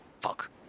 Fuck